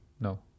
no